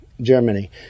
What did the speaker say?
Germany